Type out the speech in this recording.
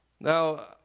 Now